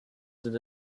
sind